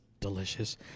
Delicious